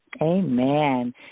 amen